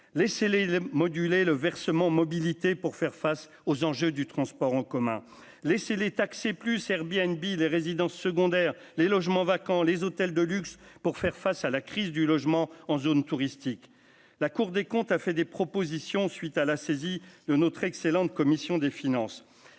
l'échelle moduler le versement mobilité pour faire face aux enjeux du transport en commun, laissez les taxer plus Serbie Hanegbi les résidences secondaires, les logements vacants, les hôtels de luxe, pour faire face à la crise du logement en zone touristique, la Cour des comptes a fait des propositions, suite à la saisie le notre excellente commission des finances,